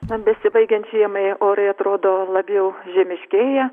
na besibaigiant žiemai orai atrodo labiau žiemiškėja